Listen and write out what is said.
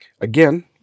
Again